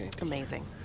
amazing